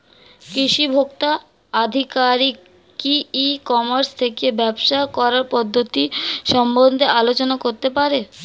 কৃষি ভোক্তা আধিকারিক কি ই কর্মাস থেকে ব্যবসা করার পদ্ধতি সম্বন্ধে আলোচনা করতে পারে?